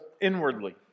inwardly